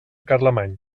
carlemany